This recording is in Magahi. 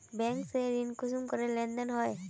बैंक से ऋण कुंसम करे लेन देन होए?